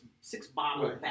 six-bottle